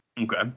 Okay